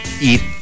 eat